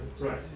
Right